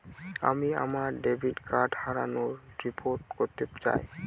আমি আমার debit card হারানোর রিপোর্ট করতে চাই